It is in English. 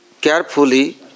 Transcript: carefully